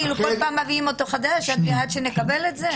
כל פעם מביאים אותו חדש עד שנקבל את זה?